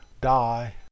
die